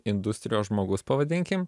industrijos žmogus pavadinkim